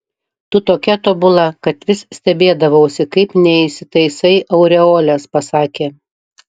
tu tokia tobula kad vis stebėdavausi kaip neįsitaisai aureolės pasakė